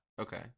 Okay